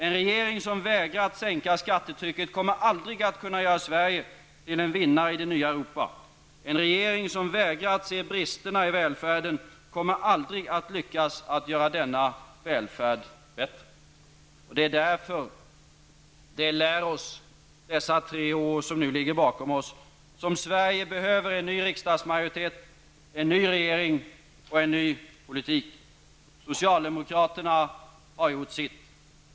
En regering som vägrar att sänka skattetrycket kommer aldrig att kunna göra Sverige till en vinnare i det nya Europa. En regering som vägrar att se bristerna i välfärden kommer aldrig att lyckas att göra denna välfärd bättre. Det är därför, och det lär oss de tre år som ligger bakom oss, som Sverige behöver en ny riksdagsmajoritet, en ny regering och en ny politik. Socialdemokraterna har gjort sitt.